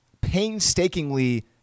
painstakingly